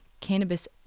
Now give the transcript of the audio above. cannabis